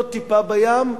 לא "טיפה בים"